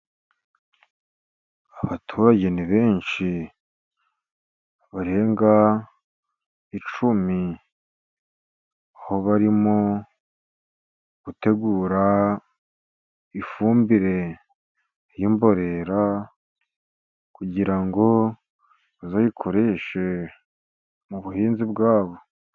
Abaturage ni benshi barenga icumi, aho barimo gutegura ifumbire y'imborera, kugira ngo bazayikoreshe mu buhinzi bwa bo.